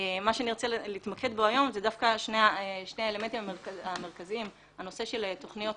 אני ארצה להתמקד היום דווקא בשני האלמנטים המרכזיים: הנושא של התוכניות